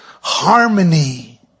harmony